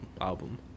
album